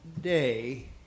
day